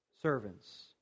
Servants